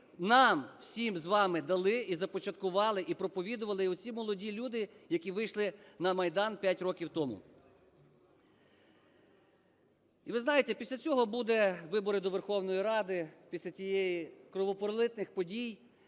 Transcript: нам всім з вами дали і започаткували, і проповідували оці молоді люди, які вийшли на Майдан 5 років тому. І ви знаєте, після цього будуть вибори до Верховної Ради, після тієї… кровопролитних подій,